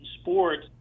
sports